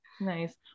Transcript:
nice